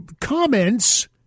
comments